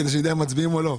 כדי שנדע אם מצביעים או לא.